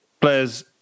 players